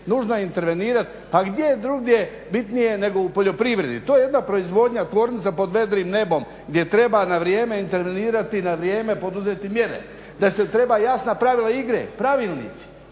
nužno je intervenirati, pa gdje je drugdje bitnije nego u poljoprivredi. To je jedna proizvodnja, tvornica pod vedrim nebom gdje treba na vrijeme intervenirati, na vrijeme poduzeti mjere, da se treba jasna pravila igre, pravilnici,